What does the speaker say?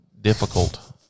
difficult